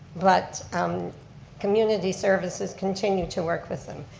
but um community services continue to work with them.